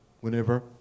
whenever